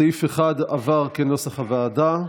סעיף 1 עבר כנוסח הוועדה.